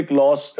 loss